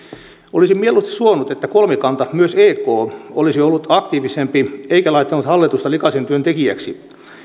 olisin mieluusti suonut että kolmikanta myös ek olisi ollut aktiivisempi eikä laittanut hallitusta likaisen työn tekijäksi